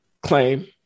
claim